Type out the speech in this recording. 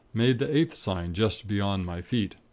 made the eighth sign just beyond my feet.